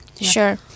sure